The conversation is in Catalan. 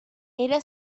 era